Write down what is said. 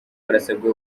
barasabwa